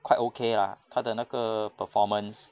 quite okay lah 它的那个 performance